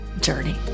journey